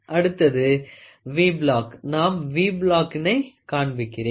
அடுத்தது V block நான் V பிளாக்கினை காண்பிக்கிறேன்